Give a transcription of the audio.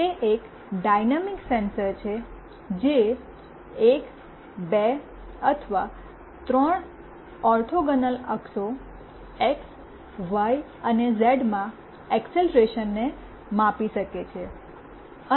તે એક dynamic sensor છે જે એક બે અથવા ત્રણ ઓર્થોગોનલ અક્ષો એક્સ વાય અને ઝેડમાં એકસેલરેશનને માપી શકે છે